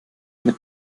mit